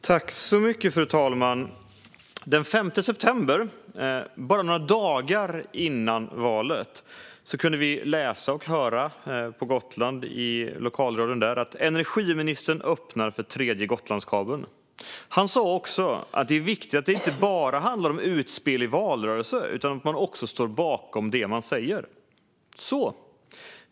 Fru talman! Den 5 september, bara några dagar före valet, kunde vi läsa och höra i lokalradion på Gotland att energiministern öppnar för den tredje Gotlandskabeln. Han sa också att det är viktigt att det inte bara handlar om utspel i valrörelsen utan att man också står bakom det man säger.